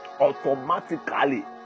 automatically